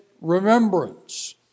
remembrance